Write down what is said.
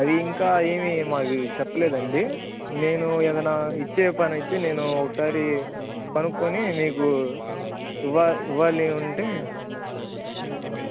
అవి ఇంకా ఏమీ మాకు చెప్పలేదండి నేను ఏదన్నా ఇచ్చే పనైతే నేను ఒకసారి కనుక్కొని మీకు ఇవ్వ ఇవ్వాలి ఉంటే అబ్బా